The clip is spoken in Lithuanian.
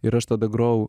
ir aš tada grojau